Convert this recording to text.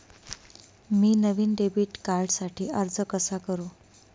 मी नवीन डेबिट कार्डसाठी अर्ज कसा करु?